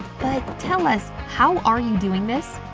but tell us, how are you doing this?